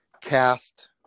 cast